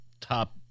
top